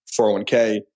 401k